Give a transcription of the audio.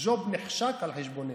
ג'וב נחשק על חשבוננו.